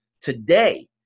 Today